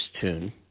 tune